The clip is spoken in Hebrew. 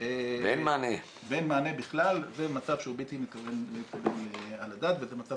ואין מענה בכלל זה מצב שהוא בלתי מתקבל על הדעת וזה מצב